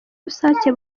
rusake